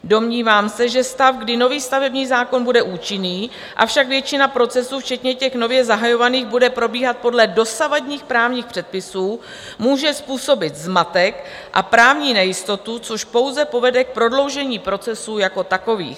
Domnívám se, že stav, kdy nový stavební zákon bude účinný, avšak většina procesů včetně těch nově zahajovaných bude probíhat podle dosavadních právních předpisů, může způsobit zmatek a právní nejistotu, což pouze povede k prodloužení procesů jako takových.